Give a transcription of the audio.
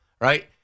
right